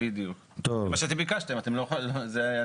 ביקשתם את זה.